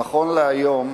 נכון להיום